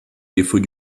défauts